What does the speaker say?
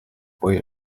boys